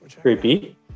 creepy